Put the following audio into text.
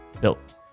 Built